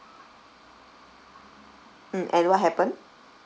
mm and what happened